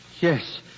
Yes